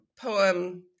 poem